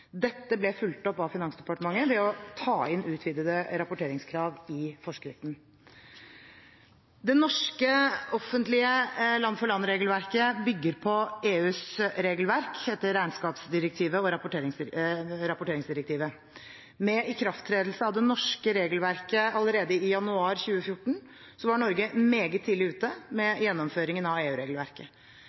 Dette ble fulgt opp av Finansdepartementet ved å ta inn utvidede rapporteringskrav i forskriften. Det norske offentlige land-for-land-regelverket bygger på EUs regelverk etter regnskapsdirektivet og rapporteringsdirektivet. Med ikrafttredelse av det norske regelverket allerede i januar 2014 var Norge meget tidlig ute med gjennomføringen av